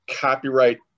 copyright